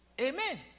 Amen